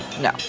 No